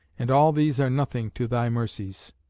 and all these are nothing to thy mercies.